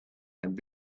and